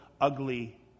ugly